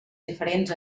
diferents